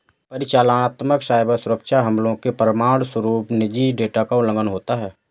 परिचालनात्मक साइबर सुरक्षा हमलों के परिणामस्वरूप निजी डेटा का उल्लंघन होता है